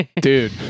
Dude